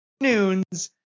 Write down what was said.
Noons